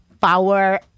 power